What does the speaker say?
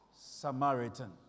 Samaritan